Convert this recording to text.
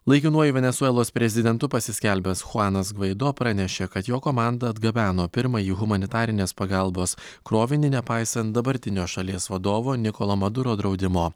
laikinuoju venesuelos prezidentu pasiskelbęs chuanas gvaido pranešė kad jo komanda atgabeno pirmąjį humanitarinės pagalbos krovinį nepaisan dabartinio šalies vadovo nikolo maduro draudimo